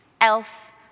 else